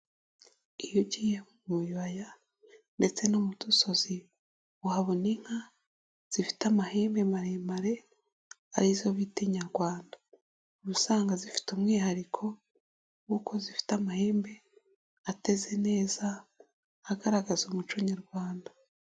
Iyo ugiye mu bibaya ndetse no mu dusozi uhabona inka zifite amahembe maremare ari zo bita inyarwanda, uba usanzwe zifite umwihariko w'uko zifite amahembe ateze neza agaragaza umuco nyarwanda.